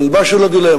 אבל משהו על הדילמה.